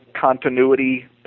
continuity